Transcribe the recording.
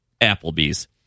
Applebee's